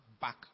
back